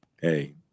hey